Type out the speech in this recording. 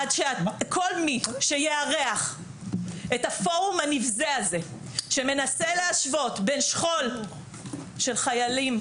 עד שכל מי שיארח את הפורום הנבזה הזה שמנסה להשוות בין שכול של חיילים,